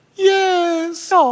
Yes